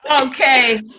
okay